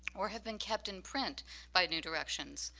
or have been kept in print by new directions,